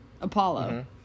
apollo